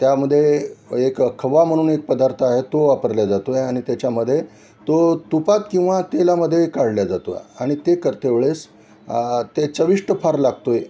त्यामध्ये एक खवा म्हणून एक पदार्थ आहे तो वापरल्या जातो आहे आणि त्याच्यामध्ये तो तुपात किंवा तेलामध्ये काढल्या जातो आहे आणि ते करते वेळेस ते चविष्ट फार लागतो आहे